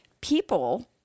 people